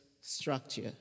structure